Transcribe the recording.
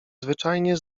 zwyczajnie